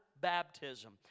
baptism